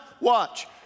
watch